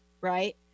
right